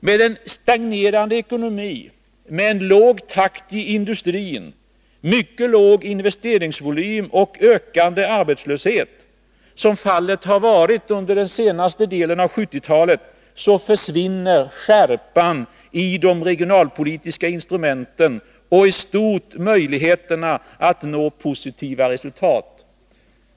Med en stagnerande ekonomi, låg takt i industrin, mycket låg investeringsvolym och ökande arbetslöshet — som fallet har varit under senare delen av 1970-talet — försvinner skärpan i de regionalpolitiska instrumenten och, i stort, möjligheterna att nå positiva resultat.